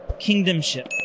kingdomship